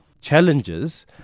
challenges